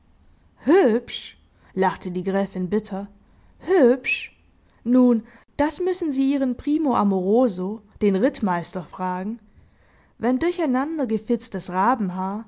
hübsch lachte die gräfin bitter hübsch nun das müssen sie ihren primo amoroso den rittmeister fragen wenn